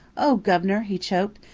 oh, guv'nor! he choked,